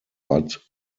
but